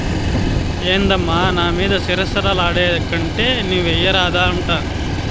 ఏందమ్మా నా మీద సిర సిర లాడేకంటే నీవెయ్యరాదా అంట